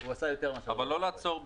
הוא עשה יותר מאשר --- אבל לא לעצור בזה.